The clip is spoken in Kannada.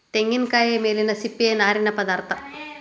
ತೆಂಗಿನಕಾಯಿಯ ಮೇಲಿನ ಸಿಪ್ಪೆಯ ನಾರಿನ ಪದಾರ್ಥ